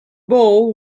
bowl